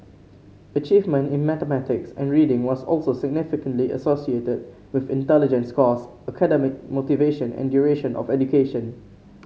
achievement in mathematics and reading was also significantly associated with intelligence scores academic motivation and duration of education